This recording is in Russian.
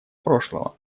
прошлого